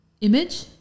image